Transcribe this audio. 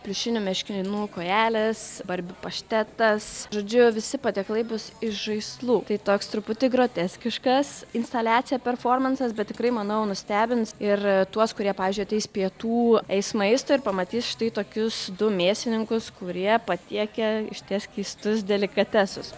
pliušinių meškinų kojelės barbių paštetas žodžiu visi patiekalai bus iš žaislų tai toks truputį groteskiškas instaliacija performansas bet tikrai manau nustebins ir tuos kurie pavyzdžiui ateis pietų eis maisto ir pamatys štai tokius du mėsininkus kurie patiekia išties keistus delikatesus